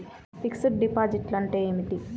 Fixed డిపాజిట్లు అంటే ఏమిటి?